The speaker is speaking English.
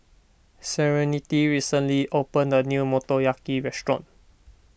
Serenity recently opened a new Motoyaki restaurant